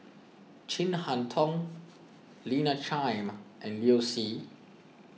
Chin Harn Tong Lina Chiam and Liu Si